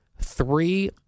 Three